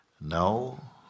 Now